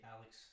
Alex